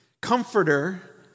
comforter